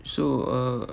so err